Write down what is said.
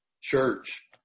church